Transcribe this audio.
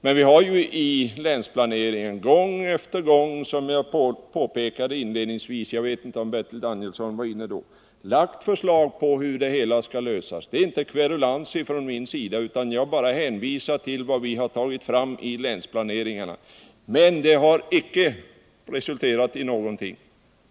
Men vi har ju i länsplaneringen gång på gång, såsom jag påpekade inledningsvis — jag vet inte om Bertil Danielsson var inne då — lagt fram förslag om hur det hela skall lösas. Det är inte kverulans från min sida, utan jag bara hänvisar till vad vi har tagit fram i länsplaneringarna. Men detta arbete har icke resulterat i någonting.